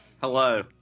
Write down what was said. Hello